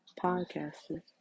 podcasters